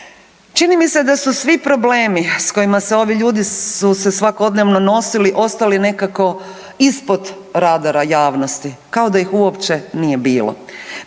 Čini mi se da su svi problemi s kojima se ovi ljudi su se svakodnevno nosili ostali nekako ispod radara javnosti, kao da ih uopće nije bilo.